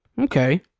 Okay